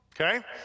okay